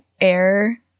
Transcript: air